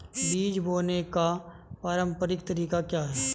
बीज बोने का पारंपरिक तरीका क्या है?